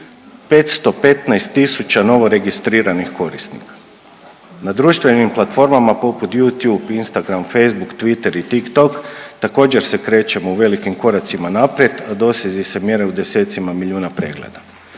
515 tisuća novoregistriranih korisnika. Na društvenim platformama poput Youtube, Instagram, Facebook, Twitter i Tiktok također se krećemo u veliki koracima naprijed, a dosezi se mjere u desecima miliona pregleda.